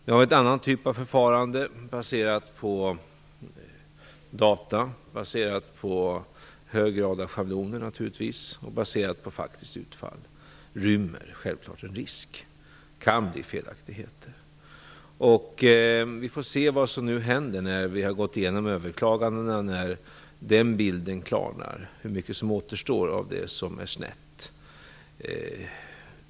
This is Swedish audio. Vi har nu en annan typ av förfarande, baserat på data, hög grad av schabloner och faktiskt utfall. Det rymmer självfallet en risk för att det kan bli felaktigheter. Vi får se vad som nu händer när vi har gått igenom överklagandena och den bilden klarnar. Då får vi se hur mycket som återstår av sådant som är snett.